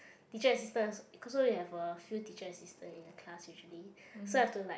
teacher assistant so so we have a few teacher assistant in a class usually so have to like